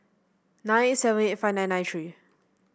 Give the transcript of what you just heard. nine eight seven eight five nine nine three